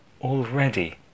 already